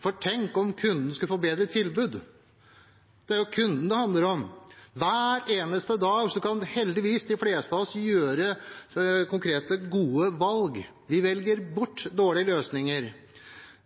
for tenk om kunden skulle få bedre tilbud! Det er kunden det handler om. Hver eneste dag kan heldigvis de fleste av oss gjøre konkrete, gode valg. Vi velger bort dårlige løsninger.